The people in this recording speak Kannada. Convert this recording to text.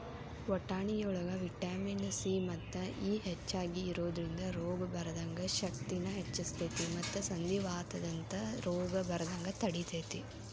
ವಟಾಣಿಯೊಳಗ ವಿಟಮಿನ್ ಸಿ ಮತ್ತು ಇ ಹೆಚ್ಚಾಗಿ ಇರೋದ್ರಿಂದ ರೋಗ ಬರದಂಗ ಶಕ್ತಿನ ಹೆಚ್ಚಸ್ತೇತಿ ಮತ್ತ ಸಂಧಿವಾತದಂತ ರೋಗ ಬರದಂಗ ತಡಿತೇತಿ